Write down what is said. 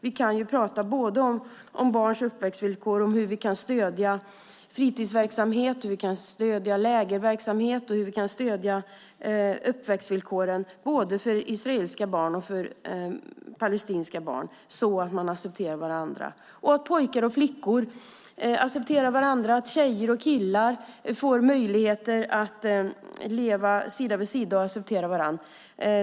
Vi kan prata om barns uppväxtvillkor, om hur vi kan stödja fritidsverksamhet och lägerverksamhet och stödja uppväxtvillkoren för både israeliska och palestinska barn så att de accepterar varandra, så att pojkar och flickor accepterar varandra, så att tjejer och killar får möjligheter att leva sida vid sida och acceptera varandra.